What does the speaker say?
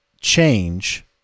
change